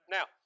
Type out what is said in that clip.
Now